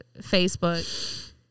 Facebook